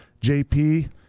JP